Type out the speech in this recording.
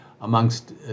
amongst